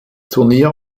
turnier